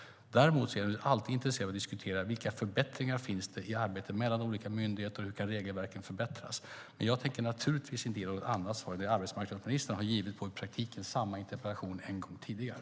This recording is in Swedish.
Däremot är jag alltid intresserad av att diskutera vilka förbättringar det finns för samarbete mellan olika myndigheter och hur regelverken kan förbättras. Jag tänker naturligtvis inte ge något annat svar än det som arbetsmarknadsministern har givit på i praktiken samma interpellation en gång tidigare.